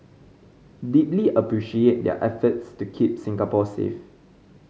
deeply appreciate their efforts to keep Singapore safe